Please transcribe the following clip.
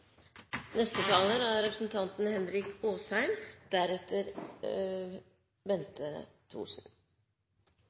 Neste taler er representanten